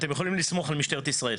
אתם יכולים לסמוך על משטרת ישראל.